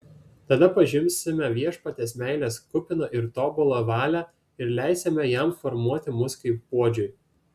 tada pažinsime viešpaties meilės kupiną ir tobulą valią ir leisime jam formuoti mus kaip puodžiui